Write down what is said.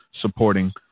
supporting